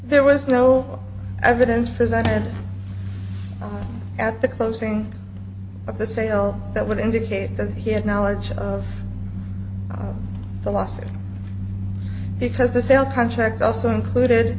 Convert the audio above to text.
there was no evidence presented at the closing of the sale that would indicate that he had knowledge of the lawsuit because the sale contract also included